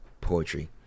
poetry